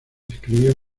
escribió